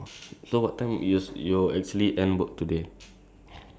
later I can try ask first lah after we end this one I try asking my boss